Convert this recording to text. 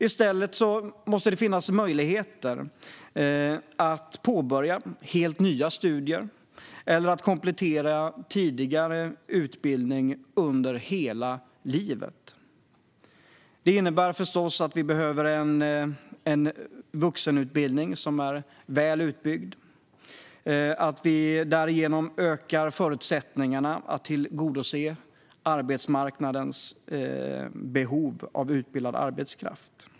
I stället måste det finnas möjlighet att påbörja helt nya studier eller att komplettera tidigare utbildning under hela livet. Det innebär att vi behöver en vuxenutbildning som är väl utbyggd. Därigenom ökar vi dessutom förutsättningarna att tillgodose arbetsmarknadens behov av utbildad arbetskraft.